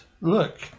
look